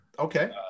Okay